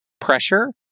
pressure